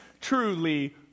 truly